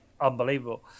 unbelievable